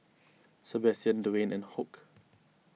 Sabastian Dewayne and Hoke